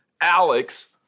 Alex